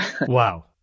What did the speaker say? Wow